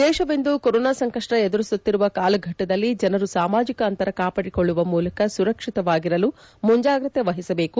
ದೇಶವಿಂದು corona ಸಂಕಷ್ಷ ಎದುರಿಸುತ್ತಿರುವ ಕಾಲಘಟ್ಟದಲ್ಲಿ ಜನರು ಸಾಮಾಜಿಕ ಅಂತರ ಕಾಪಾಡಿಕೊಳ್ಳುವ ಮೂಲಕ ಸುರಕ್ಷಿತವಾಗಿರಲು ಮುಂಜಾಗ್ರತೆ ವಹಿಸಬೇಕು